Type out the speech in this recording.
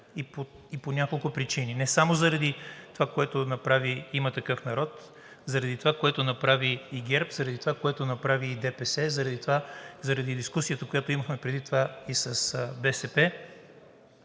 по няколко причини. Не само заради това, което направи „Има такъв народ“, заради това, което направи и ГЕРБ, заради това, което направи и ДПС, заради дискусията, която имахме преди това и с БСП,